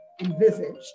envisaged